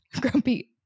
grumpy